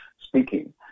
speaking